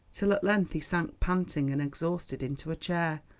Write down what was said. till at length he sank panting and exhausted into a chair.